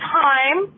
time